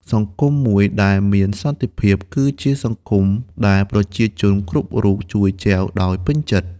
សង្គមមួយដែលមានសន្តិភាព គឺជាសង្គមដែលប្រជាជនគ្រប់រូបជួយចែវដោយពេញចិត្ត។